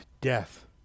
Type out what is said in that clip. death